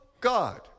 God